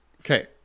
Okay